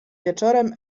wieczorem